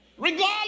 regardless